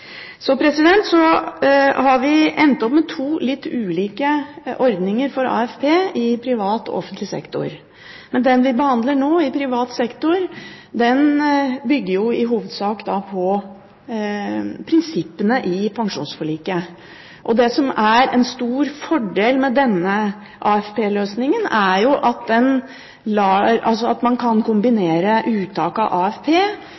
har endt opp med to litt ulike ordninger for AFP i privat og offentlig sektor. Men den vi behandler nå, for privat sektor, bygger i hovedsak på prinsippene i pensjonsforliket. Det som er en stor fordel med denne AFP-løsningen, er jo at man kan kombinere uttak av AFP med fortsatt helt eller delvis arbeid. Det gjør jo at man kan